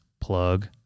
Plug